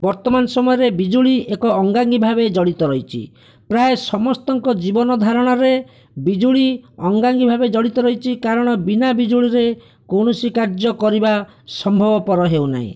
ବର୍ତ୍ତମାନ ସମୟରେ ବିଜୁଳି ଏକ ଅଙ୍ଗାଅଙ୍ଗୀ ଭାବେ ଜଡ଼ିତ ରହିଛିପ୍ରାୟ ସମସ୍ତଙ୍କ ଜୀବନ ଧାରଣରେ ବିଜୁଳି ଅଙ୍ଗାଅଙ୍ଗୀ ଭାବେ ଜଡ଼ିତ ରହିଛି କାରଣ ବିନା ବିଜୁଳିରେ କୌଣସି କାର୍ଯ୍ୟ କରିବା ସମ୍ଭବପର ହେଉନାହିଁ